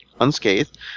unscathed